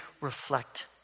reflect